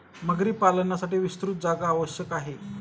मगरी पालनासाठी विस्तृत जागा आवश्यक आहे